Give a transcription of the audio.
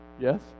Yes